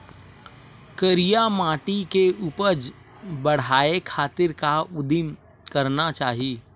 करिया माटी के उपज बढ़ाये खातिर का उदिम करना चाही?